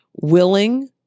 willing